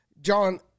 John